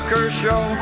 Kershaw